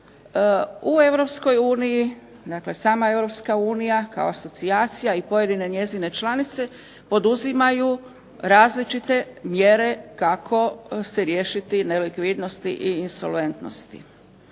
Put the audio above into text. Europska unija kao asocijacija, i pojedine njezine članice, poduzimaju različite mjere kako se riješiti nelikvidnosti i insolventnosti,